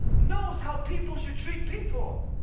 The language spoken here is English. knows how people should treat people.